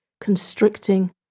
constricting